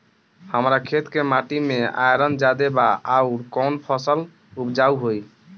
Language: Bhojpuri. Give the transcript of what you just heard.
हमरा खेत के माटी मे आयरन जादे बा आउर कौन फसल उपजाऊ होइ?